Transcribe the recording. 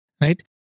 right